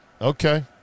Okay